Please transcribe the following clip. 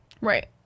Right